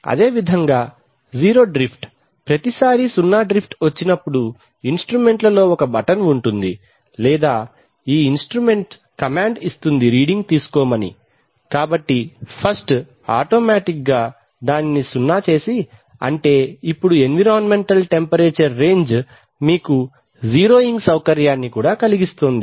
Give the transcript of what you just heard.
అదేవిధంగా 0 డ్రిఫ్ట్ ప్రతిసారీ సున్నా డ్రిఫ్ట్ వచ్చినప్పటికీ ఇన్స్ట్రుమెంట్ లో ఒక బటన్ ఉంటుంది లేదా ఈ ఇన్స్ట్రుమెంట్ కమాండ్ ఇస్తుంది రీడింగ్ తీసుకోమని కాబట్టి ఫస్ట్ ఆటోమేటిక్ గా దానిని 0 చేసి అంటేఇప్పుడు ఎన్విరాంమెంటల్ టెంపరేచర్ రేంజ్ మీకు జీరోయింగ్ సౌకర్యం కలిగిస్తుంది